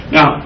Now